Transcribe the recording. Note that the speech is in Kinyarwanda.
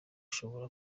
bishobora